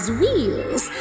wheels